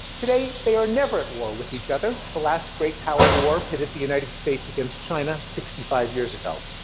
today, they are never at war with each other. the last great power war pitted the united states against china sixty five years ago.